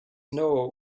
know